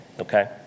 Okay